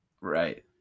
right